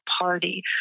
party